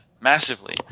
massively